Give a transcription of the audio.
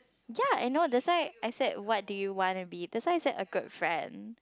ya I know that's why I said what do you wanna be that's why I said a good friend